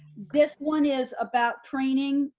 this one is about training,